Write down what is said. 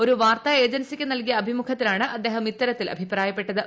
ഒരു വാർത്താ ഏജൻസിക്കു നൽകിയ അഭിമുഖത്തിലാണ് അദ്ദേഹം ഇത്തരത്തിൽ അഭിപ്രായപ്പെട്ടത്